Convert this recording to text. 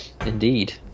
Indeed